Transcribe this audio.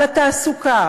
לתעסוקה,